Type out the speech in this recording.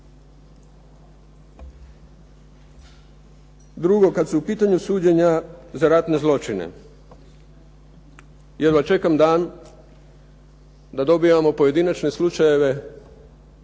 Drugo, kad su u pitanju suđenja za ratne zločine, jedva čekam dan da dobivamo pojedinačne slučajeve